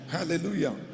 Hallelujah